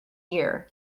year